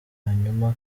hanyuma